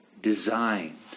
designed